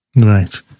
Right